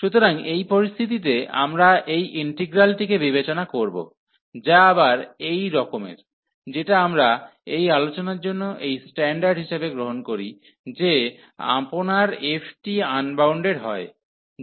সুতরাং এই পরিস্থিতিতে আমরা এই ইন্টিগ্রালটিকে বিবেচনা করব যা আবার এই রকমের যেটা আমরা এই আলোচনার জন্য এই স্ট্যান্ডার্ড হিসাবে গ্রহণ করি যে আপনার f টি আনবাউন্ডেড হয়